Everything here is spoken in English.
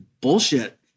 bullshit